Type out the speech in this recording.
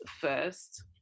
first